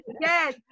yes